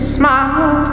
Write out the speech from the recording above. smile